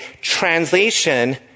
translation